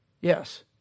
yes